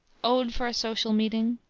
ode for a social meeting,